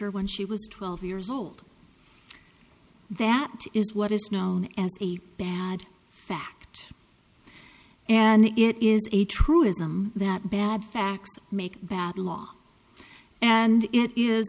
her when she was twelve years old that is what is known as a bad fact and it is a truism that bad facts make bad law and it is